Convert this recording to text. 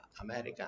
America